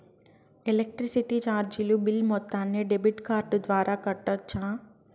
Electricity చార్జీలు bill మొత్తాన్ని debit card ద్వారా కట్టొచ్చా?